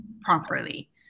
properly